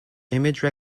image